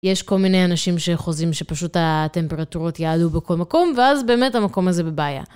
יש כל מיני אנשים שחוזים שפשוט הטמפרטורות יעלו בכל מקום ואז באמת המקום הזה בבעיה.